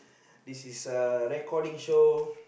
this is a recording show